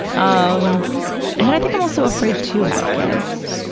um and then i think i'm also afraid to have kids,